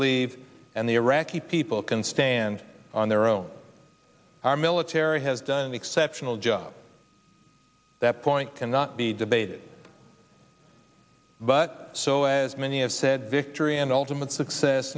leave and the iraqi people can stand on their own our military has done an exceptional job that point cannot be debated but so as many have said victory and ultimate success